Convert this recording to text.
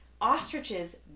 Ostriches